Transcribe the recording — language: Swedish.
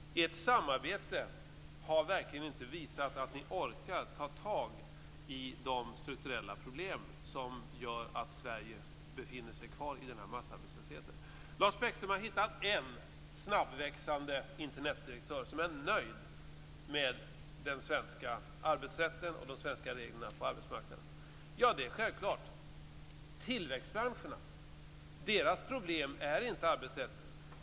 Ert samarbete har verkligen inte visat att ni orkar ta tag i de strukturella problem som gör att Sverige är kvar i den här massarbetslösheten. Lars Bäckström har hittat en Internetdirektör med ett snabbväxande företag som är nöjd med den svenska arbetsrätten och de svenska reglerna på arbetsmarknaden. Det är självklart. Tillväxtbranschernas problem är inte arbetsrätten.